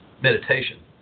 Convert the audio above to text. meditation